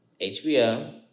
HBO